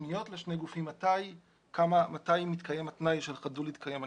ופניות לשני גופים מתי מתקיים התנאי שחדלו להתקיים הנסיבות.